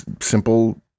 simple